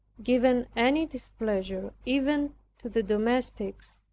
given any displeasure, even to the domestics,